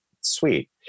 Sweet